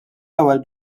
ewwel